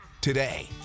today